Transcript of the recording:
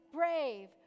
brave